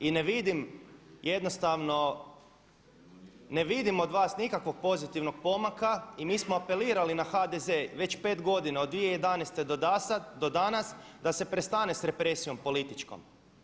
I ne vidim jednostavno, ne vidim od vas nikakvog pozitivnog pomaka i mi smo apelirali na HDZ već 5 godina od 2011. do danas da se prestane s represijom političkom.